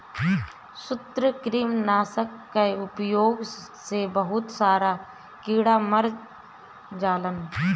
सूत्रकृमि नाशक कअ उपयोग से बहुत सारा कीड़ा मर जालन